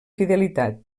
fidelitat